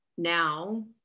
Now